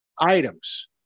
items